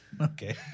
okay